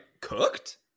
cooked